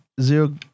zero